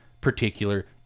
particular